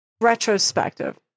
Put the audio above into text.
retrospective